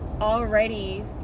already